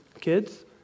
kids